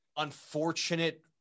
unfortunate